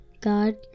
God